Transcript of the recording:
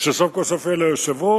שסוף כל סוף יהיה לה יושב-ראש.